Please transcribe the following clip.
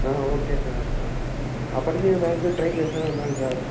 okay sir అప్పటికి maximum try చేస్తూనే ఉన్నాను సార్